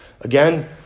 Again